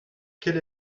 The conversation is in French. quelle